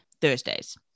Thursdays